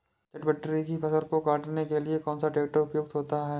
चटवटरी की फसल को काटने के लिए कौन सा ट्रैक्टर उपयुक्त होता है?